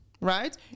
right